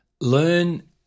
Learn